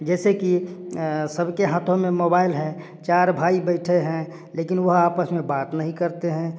जैसे कि सबके हाथों में मोबाइल है चार भाई बैठे हैं लेकिन वह आपस में बात नहीं करते हैं